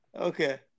okay